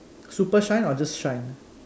super shine or just shine